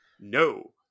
No